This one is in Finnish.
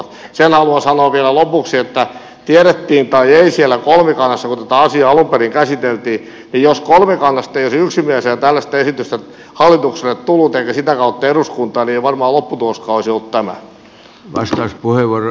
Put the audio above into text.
sen haluan sanoa vielä lopuksi että tiedettiin tai ei siellä kolmikannassa kun tätä asiaa alun perin käsiteltiin niin jos kolmikannasta ei olisi yksimielisenä tällaista esitystä hallitukselle tullut eikä sitä kautta eduskuntaan niin ei varmaan lopputuloskaan olisi ollut tämä